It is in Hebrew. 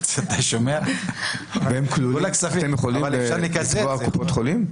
אתם יכולים לתבוע את קופות החולים?